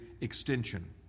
extension